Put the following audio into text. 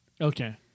Okay